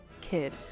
Kid